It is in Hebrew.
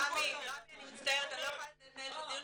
רמי, אני מצטערת, אני לא יכולה לנהל דיון ככה.